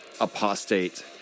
apostate